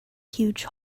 huge